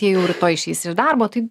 jie jau rytoj išeis iš darbo tai